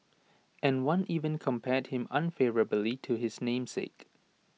and one even compared him unfavourably to his namesake